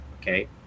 okay